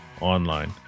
online